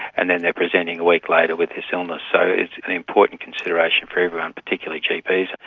and then they're presenting a week later with this illness. so it's an important consideration for everyone, particularly gps,